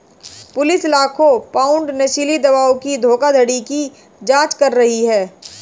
police लाखों pound नशीली दवाओं की धोखाधड़ी की जांच कर रही है